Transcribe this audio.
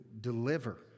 deliver